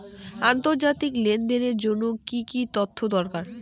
আন্তর্জাতিক লেনদেনের জন্য কি কি তথ্য দরকার?